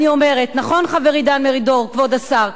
אני אומרת, נכון, חברי דן מרידור, כבוד השר?